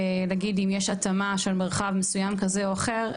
נגיד אם יש התאמה של מרחב מסוים כזה או אחר,